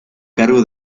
cargo